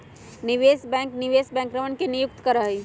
निवेश बैंक निवेश बैंकरवन के नियुक्त करा हई